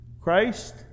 Christ